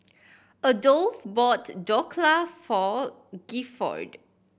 Adolph bought Dhokla for Gifford